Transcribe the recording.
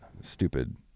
stupid